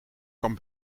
kan